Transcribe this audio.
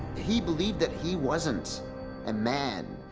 he believed that he wasn't a man,